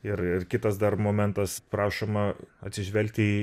ir ir kitas dar momentas prašoma atsižvelgti